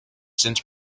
since